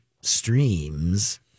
streams